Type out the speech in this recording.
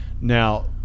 Now